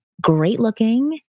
great-looking